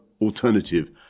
alternative